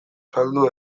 saldu